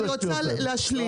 אני רוצה רגע להשלים.